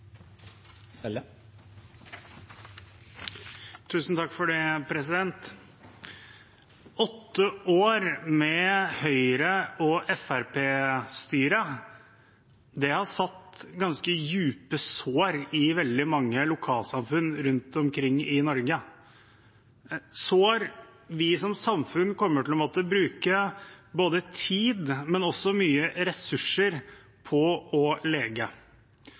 Åtte år med Høyre- og Fremskrittsparti-styre har ført til ganske dype sår i veldig mange lokalsamfunn rundt omkring i Norge – sår vi som samfunn kommer til å måtte bruke både tid og mye ressurser på å lege.